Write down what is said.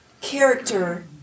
character